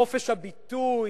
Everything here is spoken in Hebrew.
חופש הביטוי,